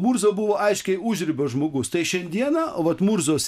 murza buvo aiškiai užribio žmogus tai šiandieną vat murzos